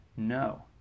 no